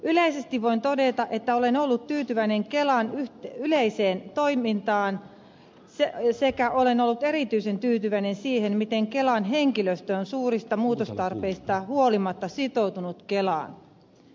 yleisesti voin todeta että olen ollut tyytyväinen kelan yleiseen toimintaan sekä erityisen tyytyväinen siihen miten kelan henkilöstö on suurista muutostarpeista huolimatta sitoutunut kelaan